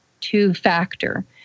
two-factor